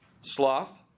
Sloth